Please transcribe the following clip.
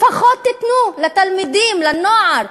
לפחות תיתנו לתלמידים, לנוער,